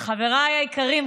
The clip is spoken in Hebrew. חבריי היקרים,